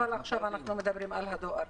אבל עכשיו אנחנו מדברים על הדואר.